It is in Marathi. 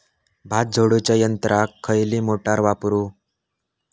भात झोडूच्या यंत्राक खयली मोटार वापरू?